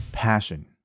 passion